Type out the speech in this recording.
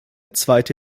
zweite